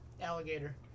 Alligator